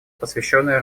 посвященное